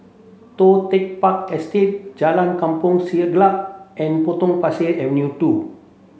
Toh Tuck Park Estate Jalan Kampong Siglap and Potong Pasir Avenue two